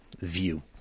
view